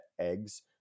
eggs